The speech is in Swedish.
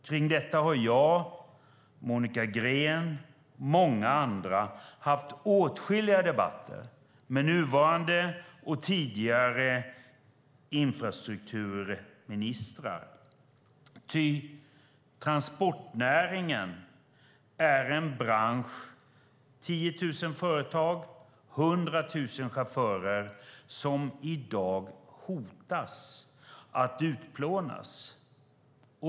Kring detta har jag, Monica Green och många andra haft åtskilliga debatter med nuvarande och tidigare infrastrukturministrar, ty transportnäringen är en bransch där 10 000 företag och 100 000 chaufförer i dag hotas av utplåning.